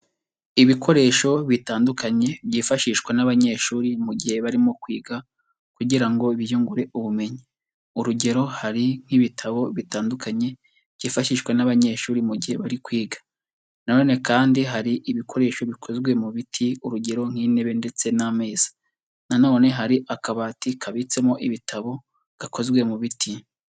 Ibikoresho bitandukanye byifashishwa n'abanyeshuri mu gihe barimo kwiga, kugira ngo biyungure ubumenyi, urugero hari nk'ibitabo bitandukanye byifashishwa n'abanyeshuri mu gihe bari kwiga, na none kandi hari ibikoresho bikozwe mu biti urugero nk'intebe ndetse n'ameza, na none hari akabati kabitsemo ibitabo gakozwe mu biti.